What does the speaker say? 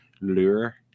lure